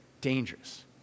dangerous